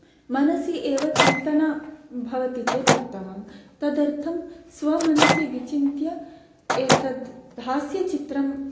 मनसि एव चिन्तनं भवति चेत् उत्तमं तदर्थं स्वमनसि विचिन्त्य एतत् हास्यचित्रं